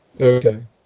Okay